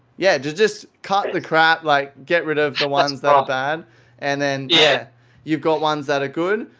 yeah just just cut the crap. like get rid of the ones that are bad and then yeah you've got ones that are good.